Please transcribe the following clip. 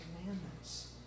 commandments